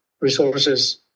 resources